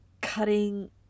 cutting